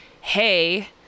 hey